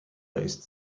based